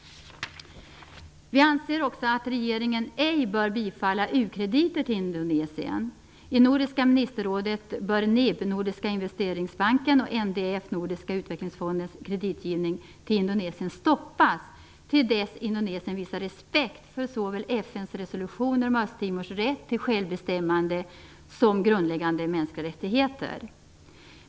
Vi anser också att regeringen ej bör bevilja ukrediter till Indonesien. I Nordiska ministerrådet bör Nordiska utvecklingsfonden, kreditgivning till Indonesien stoppas till dess Indonesien visar respekt för såväl FN:s resolution om Östtimors rätt till självbestämmande som grundläggande mänskliga rättigheter.